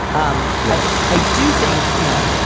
um right. i do think, you know,